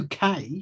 uk